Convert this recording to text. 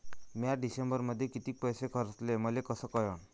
म्या डिसेंबरमध्ये कितीक पैसे खर्चले मले कस कळन?